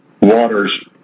waters